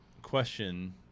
question